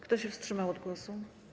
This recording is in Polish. Kto się wstrzymał od głosu?